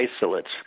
isolates